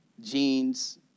jeans